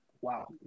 Wow